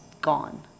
gone